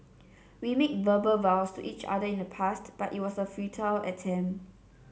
we made verbal vows to each other in the past but it was a futile attempt